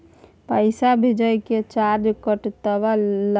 पैसा भेजय के चार्ज कतबा लागते?